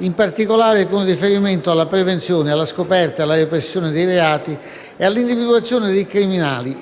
in particolare con riferimento alla prevenzione, alla scoperta ed alla repressione dei reati e all'individuazione dei criminali.